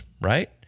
right